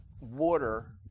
water